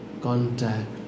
contact